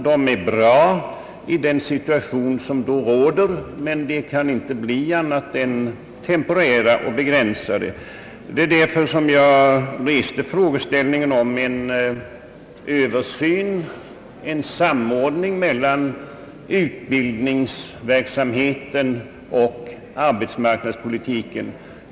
De är bra i den situation som då råder, men de kan inte bli annat än temporära och begränsade. Det är därför som jag reste frågan om en översyn, en samordning mellan utbildningsverksamheten och <arbetsmarknadspolitiken.